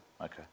Okay